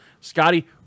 Scotty